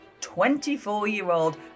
24-year-old